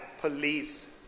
police